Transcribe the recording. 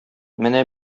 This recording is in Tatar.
менә